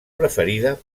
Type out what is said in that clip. preferida